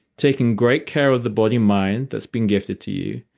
taking great care of the body, mind that's been gifted to you,